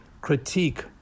critique